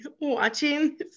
watching